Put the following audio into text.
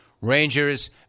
Rangers